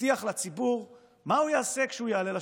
הבטיח בקמפיין לציבור מה הוא יעשה כשהוא יעלה לשלטון.